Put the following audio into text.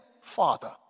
father